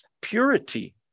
purity